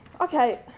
Okay